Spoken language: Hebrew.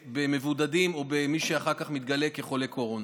במבודדים או במי שאחר כך מתגלה כחולה קורונה.